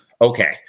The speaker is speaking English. Okay